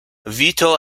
vito